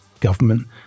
government